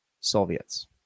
Soviets